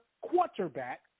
Quarterback